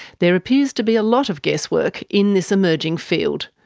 there appears to be a lot of guesswork in this emerging field,